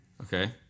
Okay